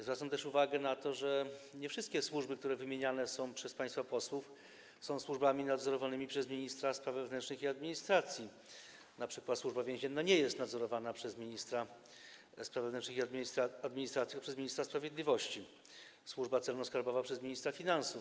Zwracam też uwagę na to, że nie wszystkie służby, które są wymieniane przez państwa posłów, są służbami nadzorowanymi przez ministra spraw wewnętrznych i administracji, np. Służba Więzienna jest nadzorowana nie przez ministra spraw wewnętrznych i administracji, tylko przez ministra sprawiedliwości, Służba Celno-Skarbowa - przez ministra finansów.